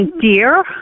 dear